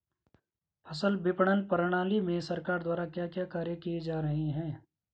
फसल विपणन प्रणाली में सरकार द्वारा क्या क्या कार्य किए जा रहे हैं?